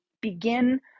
begin